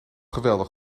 geweldig